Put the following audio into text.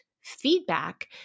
feedback